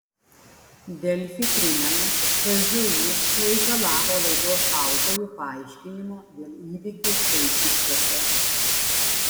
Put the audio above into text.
delfi primena kad pzu pareikalavo laidos autorių paaiškinimo dėl įvykių eišiškėse